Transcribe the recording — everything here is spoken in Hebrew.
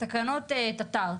תקנות תט"ר,